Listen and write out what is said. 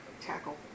Tackle